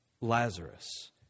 Lazarus